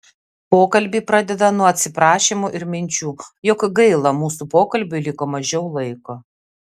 pokalbį pradeda nuo atsiprašymų ir minčių jog gaila mūsų pokalbiui liko mažiau laiko